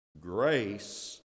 grace